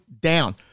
down